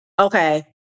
okay